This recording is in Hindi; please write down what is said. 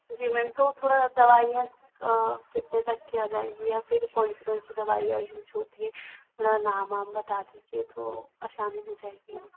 जी मैम तो थोड़ा दवाईयाँ कितने तक कि आ जायेगी या फिर कौन सी कौन सी दवाइयाँ हो जायेगी जो भी थोड़ा नाम वाम बता दीजिये तो आसानी हो जायेगी